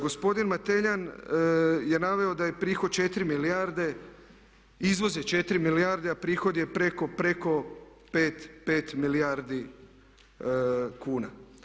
Gospodin Mateljan je naveo daje prihod 4 milijarde, izvoz je 4 milijarde a prihod je preko 5 milijardi kuna.